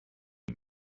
you